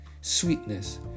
sweetness